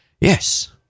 Yes